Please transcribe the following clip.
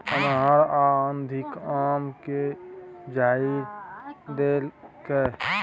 अन्हर आ आंधी आम के झाईर देलकैय?